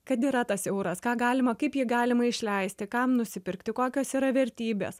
kad yra tas euras ką galima kaip jį galima išleisti kam nusipirkti kokios yra vertybės